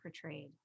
portrayed